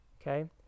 okay